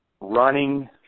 running